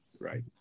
right